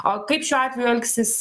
o kaip šiuo atveju elgsis